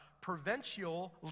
provincial